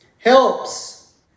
helps